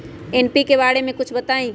NPK बारे म कुछ बताई?